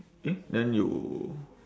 eh then you